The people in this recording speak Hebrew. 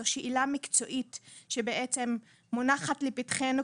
זאת שאלה מקצועית שמונחת לפתחנו.